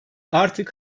artık